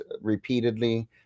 repeatedly